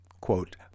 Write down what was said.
Quote